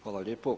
Hvala lijepo.